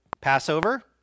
Passover